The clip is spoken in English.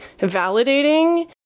validating